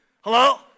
hello